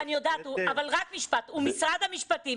הוא ממשרד המשפטים,